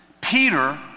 Peter